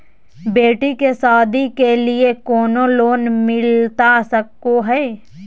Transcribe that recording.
बेटी के सादी के लिए कोनो लोन मिलता सको है?